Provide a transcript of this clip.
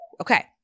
Okay